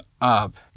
up